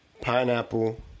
Pineapple